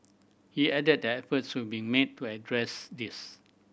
he added the efforts were being made to address this